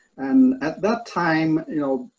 and at that time, you know,